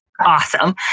awesome